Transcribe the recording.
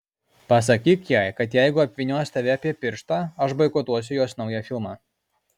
pasakyk jai kad jeigu apvynios tave apie pirštą aš boikotuosiu jos naują filmą